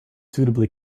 suitably